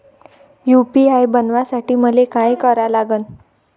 UPI बनवासाठी मले काय करा लागन?